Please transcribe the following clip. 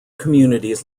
communities